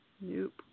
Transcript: Nope